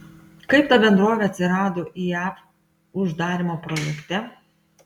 kaip ta bendrovė atsirado iae uždarymo projekte